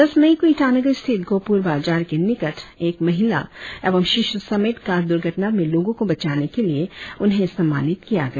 दस मई को ईटानगर स्थित गोहपुर बाजार के निकट एक महिला एवं शिशु समेट कार दूर्घटना में लोगो को बचाने के लिए उन्हें सम्मानित किया गया